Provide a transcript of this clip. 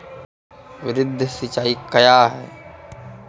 वृहद सिंचाई कया हैं?